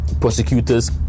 prosecutors